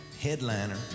headliner